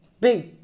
Big